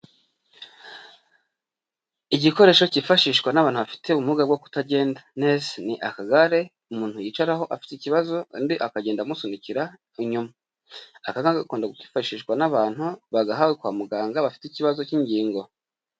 Igikoresho cyifashishwa n'abantu bafite ubumuga bwo kutagenda neza, ni akagare umuntu yicaraho afite ikibazo undi akagenda amusunikira inyuma, aka ngaka gakunda kwifashishwa n'abantu bagahawe kwa muganga bafite ikibazo cy'ingingo.